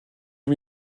est